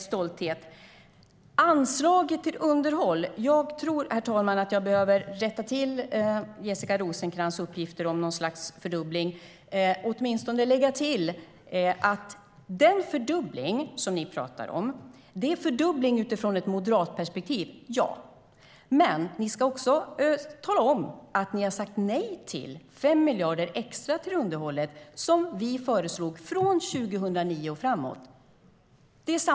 När det gäller anslaget till underhåll tror jag att jag behöver rätta till Jessica Rosencrantz uppgifter om något slags fördubbling, åtminstone lägga till att den fördubbling som ni talar om är en fördubbling utifrån ett moderatperspektiv. Men ni ska också tala om att ni har sagt nej till 5 miljarder extra till underhållet som vi föreslog från 2009 och framåt.